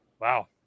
Wow